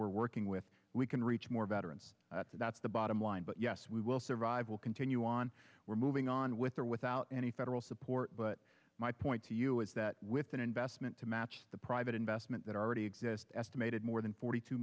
we're working with we can reach more veterans and that's the bottom line but yes we will survive we'll continue on we're moving on with or without any federal support but my point to you is that with an investment to match the private investment that already exist estimated more than forty two